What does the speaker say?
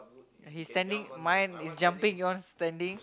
he's standing mine is jumping yours is standing